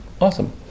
awesome